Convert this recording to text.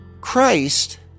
Christ